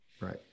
right